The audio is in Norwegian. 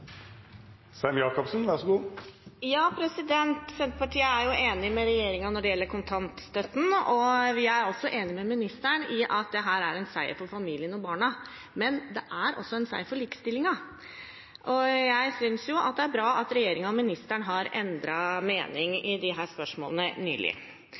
jo enig med regjeringen når det gjelder kontantstøtten, og vi er enig med ministeren i at dette er en seier for familiene og barna. Men det er også en seier for likestillingen. Jeg synes det er bra at regjeringen og ministeren har endret mening i disse spørsmålene nylig.